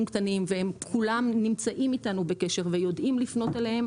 קטנים והם כולם נמצאים איתנו בקשר ויודעים לפנות אלינו